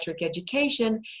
education